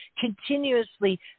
continuously